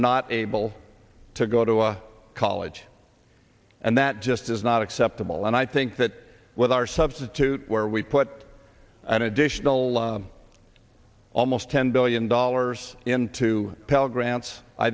not able to go to college and that just is not acceptable and i think that with our substitute where we put an additional almost ten billion dollars into